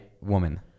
woman